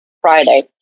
Friday